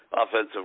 offensive